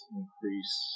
increase